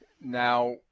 Now